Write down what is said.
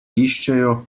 iščejo